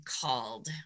called